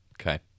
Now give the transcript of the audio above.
okay